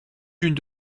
l’une